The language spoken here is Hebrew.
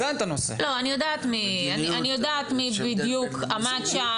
אני יודעת מי בדיוק עמד שם.